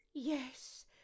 Yes